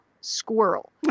squirrel